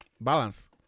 Balance